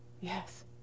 Yes